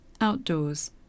outdoors